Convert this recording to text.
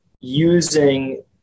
using